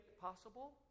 possible